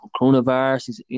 coronavirus